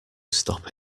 stop